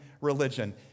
religion